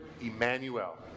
Emmanuel